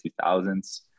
2000s